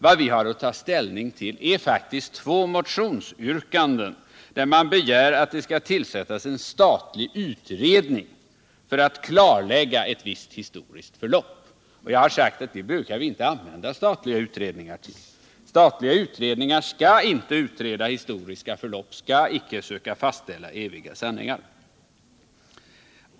Vad vi har att ta ställning till är faktiskt två motionsyrkanden, där det begärs att det skall tillsättas en statlig utredning för att klarlägga ett visst historiskt förlopp. Jag har sagt att vi inte brukar använda statliga utredningar till sådant. Statliga utredningar skall inte utreda historiska förlopp och skall icke försöka fastställa eviga sanningar.